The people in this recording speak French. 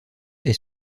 est